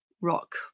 rock